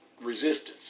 resistance